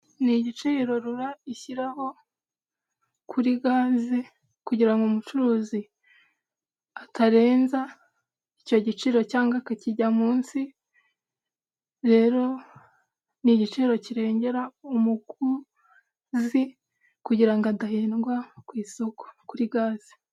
Ni igiciro rura ishyiraho kuri gaze, kugira ngo umucuruzi atarenza icyo giciro cyangwa akakijya munsi, rero ni igiciro kirengera umuguzi kugira ngo adahendwa ku isoko kuri gaze.